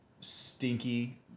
stinky